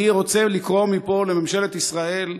אני רוצה לקרוא מפה לממשלת ישראל,